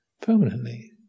permanently